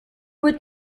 would